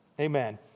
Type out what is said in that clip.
Amen